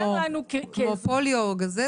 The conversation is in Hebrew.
כמו פוליו או גזזת?